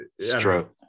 stroke